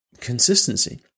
consistency